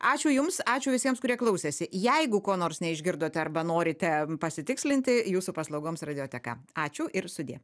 ačiū jums ačiū visiems kurie klausėsi jeigu ko nors neišgirdote arba norite pasitikslinti jūsų paslaugoms radioteka ačiū ir sudie